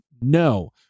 No